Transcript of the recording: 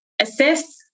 assess